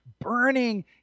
burning